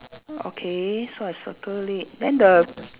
okay so I circle it then the